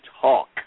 talk